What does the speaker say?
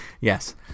Yes